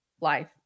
life